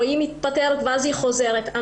היא מתפטרת ואז היא חוזרת ללשכת התעסוקה.